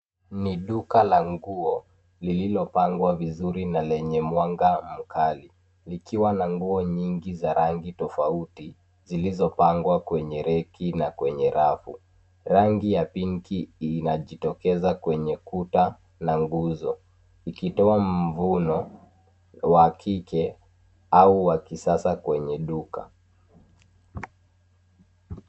Ni duka la nguo, lililopangwa vizuri na lenye mwanga mkali, likiwa na nguo nyingi za rangi tofauti, zilizopangwa kwenye reki na kwenye rafu. Rangi ya pinki inajitokeza kwenye kuta la nguzo, ikitoa mvuno wa kike au wa kisasa kwenye duka.